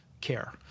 care